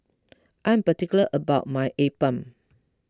I am particular about my Appam